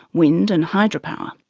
wind and hydropower. um